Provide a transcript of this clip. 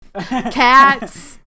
Cats